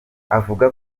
avuga